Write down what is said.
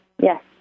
Yes